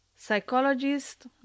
Psychologist